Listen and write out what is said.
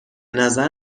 نظر